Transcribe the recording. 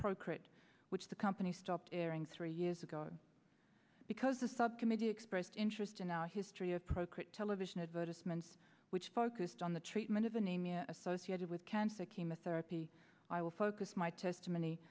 procrit which the company stopped airing three years ago because the subcommittee expressed interest in our history a procrit television advertisement which focused on the treatment of anemia associated with cancer chemotherapy i will focus my testimony